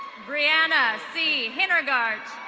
brianna c hinnergart.